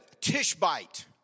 tishbite